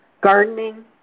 gardening